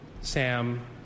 Sam